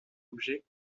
objets